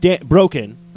broken